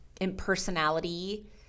impersonality